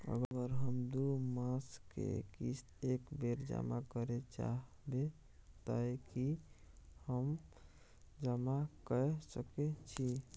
अगर हम दू मास के किस्त एक बेर जमा करे चाहबे तय की हम जमा कय सके छि?